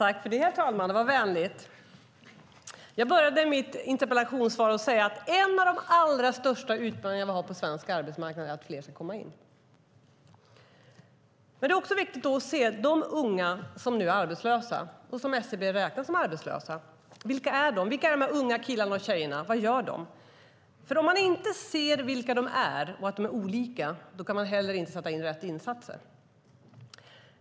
Herr talman! Jag började mitt interpellationssvar med att säga att en av de allra största utmaningarna vi har på svensk arbetsmarknad är att fler ska komma in. Men det är också viktigt att se vilka de unga som nu är arbetslösa och som SCB räknar som arbetslösa är. Vilka är de här unga killarna och tjejerna? Vad gör de? Om man inte ser vilka de är och att de är olika kan man nämligen inte sätta in rätt insatser.